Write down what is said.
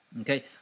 okay